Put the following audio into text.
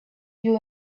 you